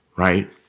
Right